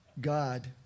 god